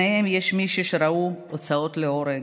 יש בהם מי שראו הוצאות להורג,